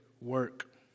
work